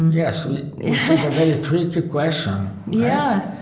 yes, which is a very tricky question. yeah